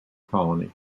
colony